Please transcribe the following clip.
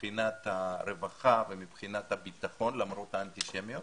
מבחינת הרווחה ומבחינת הביטחון, למרות האנטישמיות,